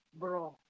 bro